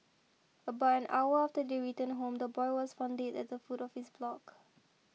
about an hour after they returned home the boy was found dead at the foot of his block